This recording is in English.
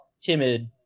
Timid